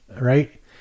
right